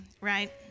right